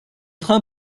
train